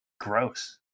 gross